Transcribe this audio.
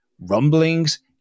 rumblings